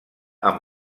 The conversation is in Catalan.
amb